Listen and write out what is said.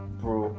bro